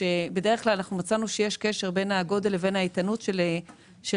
כאשר בדרך כלל מצאנו שיש קשר בין הגודל לבין האיתנות של העסקים,